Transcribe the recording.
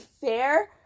fair